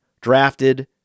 drafted